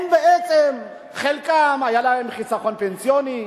הם בעצם, חלקם היה להם חיסכון פנסיוני,